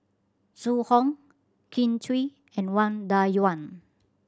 Zhu Hong Kin Chui and Wang Dayuan